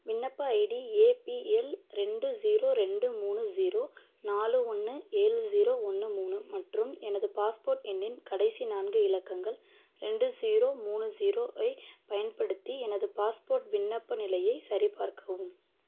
விண்ணப்ப ID APL ரெண்டு zero ரெண்டு மூணு ஸீரோ நாலு ஒன்று ஏழு ஸீரோ ஒன்று மூணு மற்றும் எனது பாஸ்போர்ட் எண்ணின் கடைசி நான்கு இலக்கங்கள் ரெண்டு ஸீரோ மூணு ஸீரோவைப் பயன்படுத்தி எனது பாஸ்போர்ட் விண்ணப்ப நிலையை சரிபார்க்கவும்